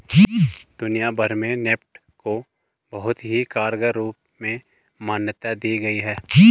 दुनिया भर में नेफ्ट को बहुत ही कारगर रूप में मान्यता दी गयी है